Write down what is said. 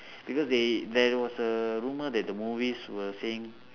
because they there was a rumour that the movie was saying